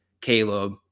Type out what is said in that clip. Caleb